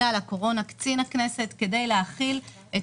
בין אם הממונה על הקורונה קצין הכנסת כדי להחיל את